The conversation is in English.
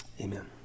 amen